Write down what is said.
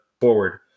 forward